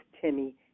Timmy